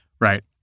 Right